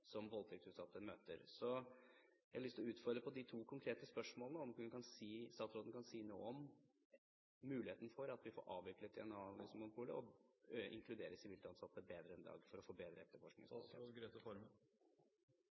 som voldtektsutsatte møter. Jeg har lyst til å utfordre statsråden på de to konkrete spørsmålene – om hun kan si noe om muligheten for at vi får avviklet DNA-monopolet og inkludert sivilt ansatte bedre enn i dag for å få bedre